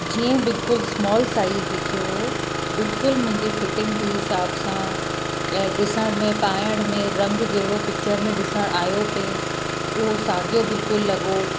जीअं बिल्कुलु small size लिखियो हुओ बिल्कुलु मुंहिंजे फ़िटिंग जे हिसाब सां ऐं ॾिसण में पाइण में रंग जहिड़ो पिचर में ॾिसणु आहियो पिए उहो साॻियो बिल्कुलु लॻो